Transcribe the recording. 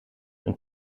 mijn